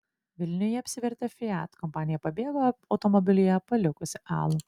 vilniuje apsivertė fiat kompanija pabėgo automobilyje palikusi alų